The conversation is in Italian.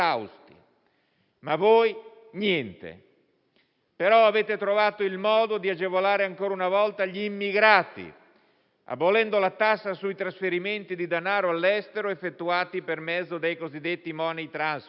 Ma voi, niente. Avete però trovato il modo di agevolare ancora una volta gli immigrati, abolendo la tassa sui trasferimenti di denaro all'estero effettuati per mezzo dei cosiddetti *money transfer*.